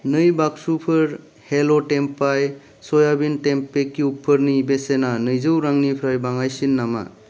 नै बाक्सुफोर हेल' टेम्पाय स'याबिन टेमपे क्युबफोरनि बेसेना नैजौ रांनिफ्राय बाङायसिन नामा